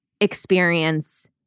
experience